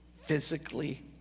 physically